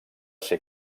ser